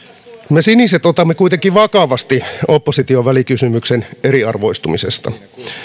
me siniset otamme kuitenkin vakavasti opposition välikysymyksen eriarvoistumisesta